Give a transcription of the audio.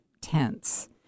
tense